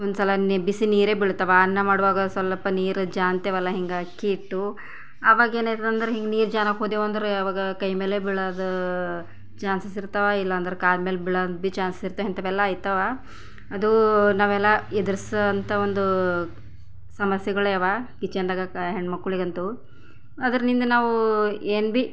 ಒಂದು ಸಲ ಬಿಸಿ ನೀರೆ ಬೀಳ್ತಾವ ಅನ್ನ ಮಾಡುವಾಗ ಸಲ್ಪ ನೀರು ಜಾರ್ತೆವಲ್ಲ ಹಿಂಗೆ ಅಕ್ಕಿ ಇಟ್ಟು ಆವಾಗ ಏನು ಆಯ್ತದ ಅಂದ್ರೆ ಹಿಂಗೆ ನೀರು ಜಾರಾಕ್ಕ ಹೊದೇವು ಅಂದ್ರೆ ಅವಾಗ ಕೈಮೇಲೆ ಬಿಳೋದು ಚಾನ್ಸಸ್ ಇರ್ತಾವ ಇಲ್ಲಾಂದ್ರೆ ಕಾಲ ಮೇಲೆ ಬೀಳೋದು ಭೀ ಚಾನ್ಸಸ್ ಇರ್ತಾವ ಇಂಥವೆಲ್ಲ ಆಯ್ತವ ಅದು ನಾವೆಲ್ಲ ಎದುರಿಸೋವಂಥ ಒಂದು ಸಮಸ್ಯೆಗಳೇ ಅವ ಕಿಚನ್ದಾಗ ಹೆಣ್ಮಕ್ಕಳಿಗಂತು ಅದರಿಂದ ನಾವು ಏನು ಭೀ